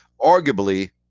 arguably